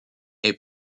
est